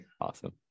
Awesome